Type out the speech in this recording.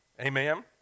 Amen